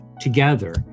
together